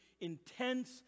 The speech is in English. intense